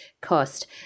cost